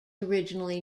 originally